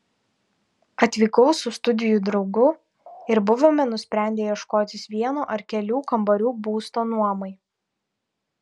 atvykau su studijų draugu ir buvome nusprendę ieškotis vieno ar kelių kambarių būsto nuomai